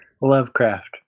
Lovecraft